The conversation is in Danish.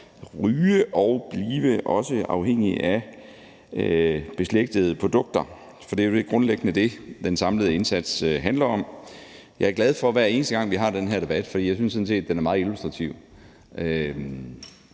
ryge og også blive afhængige af beslægtede produkter. For det er jo grundlæggende det, den samlede indsats handler om. Jeg er glad for det, hver eneste gang vi har den her debat, fordi jeg sådan set synes den er meget illustrativ.